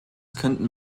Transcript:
könnten